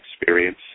experience